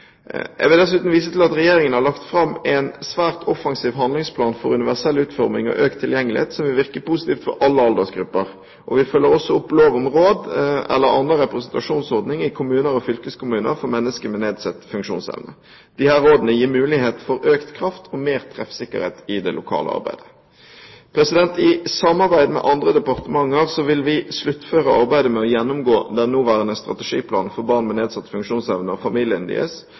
Jeg vil dessuten vise til at Regjeringen har lagt fram en svært offensiv handlingsplan for universell utforming og økt tilgjengelighet, som vil virke positivt for alle aldersgrupper. Vi følger også opp Lov om råd eller anna representasjonsordning i kommunar og fylkeskommunar for menneske med nedsett funksjonsevne m.m. Disse rådene gir mulighet for økt kraft og mer treffsikkerhet i det lokale arbeidet. I samarbeid med andre departementer vil vi sluttføre arbeidet med å gjennomgå den nåværende strategiplanen for barn med nedsatt funksjonsevne og